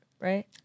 right